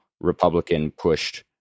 Republican-pushed